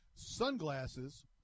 Sunglasses